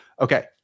Okay